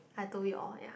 I told you all ya